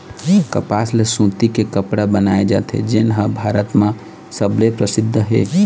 कपसा ले सूती के कपड़ा बनाए जाथे जेन ह भारत म सबले परसिद्ध हे